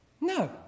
No